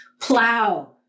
Plow